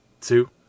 two